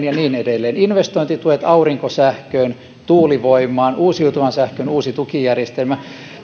ja niin edelleen investointituet aurinkosähköön tuulivoimaan uusiutuvan sähkön uusi tukijärjestelmä